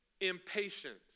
impatient